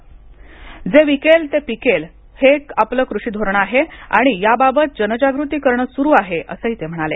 जे विकेल ते पिकेल हे एक आपलं कृषीचं धोरण आहे आणि याबाबत जनजागृती करणं सुरू आहे असं ते म्हणाले